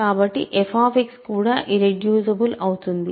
కాబట్టి f కూడా irreducible అవుతుంది